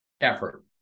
effort